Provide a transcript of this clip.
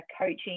coaching